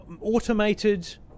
automated